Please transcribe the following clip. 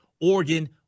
Oregon